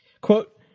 Quote